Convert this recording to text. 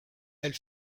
elle